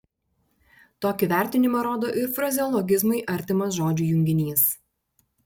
tokį vertinimą rodo ir frazeologizmui artimas žodžių junginys